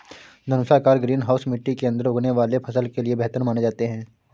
धनुषाकार greenhouse मिट्टी के अंदर उगने वाले फसल के लिए बेहतर माने जाते हैं